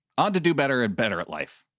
ah and to do better and better at life.